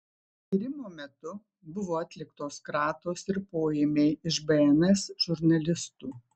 tyrimo metu buvo atliktos kratos ir poėmiai iš bns žurnalistų